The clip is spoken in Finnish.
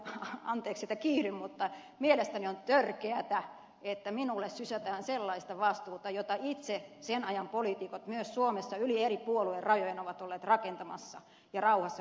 anteeksi että kiihdyn mutta mielestäni on törkeätä että minulle sysätään vastuuta siitä tilanteesta jota sen ajan poliitikot suomessa myös yli puoluerajojen ovat itse olleet rakentamassa ja rauhassa pitämässä